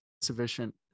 sufficient